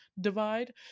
divide